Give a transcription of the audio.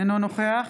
אינו נוכח